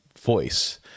voice